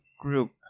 group